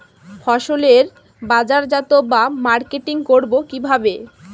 ফসলের বাজারজাত বা মার্কেটিং করব কিভাবে?